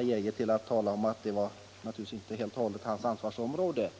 Geijer sade samtidigt att det problem vi här talar om inte helt och hållet tillhör hans ansvarsområde.